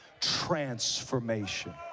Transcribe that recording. transformation